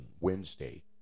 Wednesday